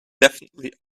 definitely